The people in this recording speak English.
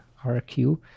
RQ